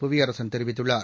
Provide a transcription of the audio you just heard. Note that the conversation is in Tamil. புவிபரசன் தெரிவித்துள்ளார்